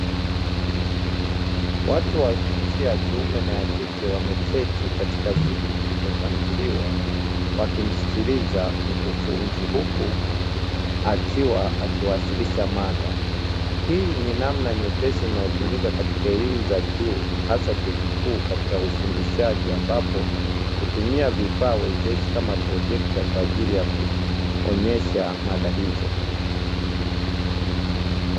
Watu wa jinsia yakiume na yakike wameketi katika viti vilivyopangiliwa wakimsikiliza mkufunzi huku akiwa akiwasilisha mada, hii ni namna nyepesi inayotumika katika elimu za juu hasa vyuo vikuu katika ufundishaji ambapo hutumia vifaa wezeshi kama projokta kwa ajili ya kuonyesha mada hizo.